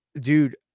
Dude